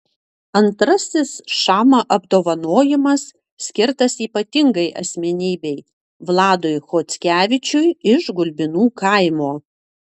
antrasis šama apdovanojimas skirtas ypatingai asmenybei vladui chockevičiui iš gulbinų kaimo